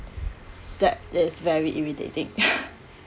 that is very irritating